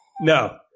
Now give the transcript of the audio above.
No